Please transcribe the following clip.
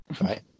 Right